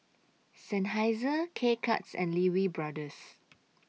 Seinheiser K Cuts and Lee Wee Brothers